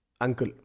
Uncle